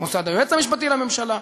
מוסד היועץ המשפטי לממשלה,